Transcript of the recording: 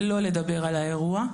לא לדבר על האירוע.